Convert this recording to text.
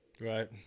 right